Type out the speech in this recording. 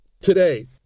today